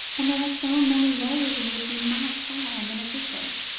and there are so many ways in which you might say i am inefficient.